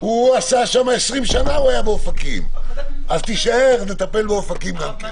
התש"ף-2020 - אופקים << נושא בבקשה.